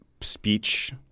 speech